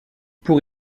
pour